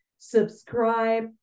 subscribe